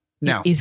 Now